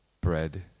bread